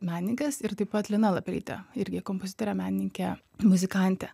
menininkas ir taip pat lina lapelytė irgi kompozitorė menininkė muzikantė